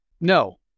No